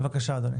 בבקשה, אדוני.